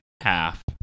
half